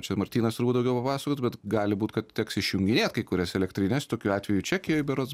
čia martynas turbūt daugiau papasakotų bet gali būti kad teks išjunginėti kai kurias elektrines tokiu atveju čekijoj berods